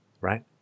right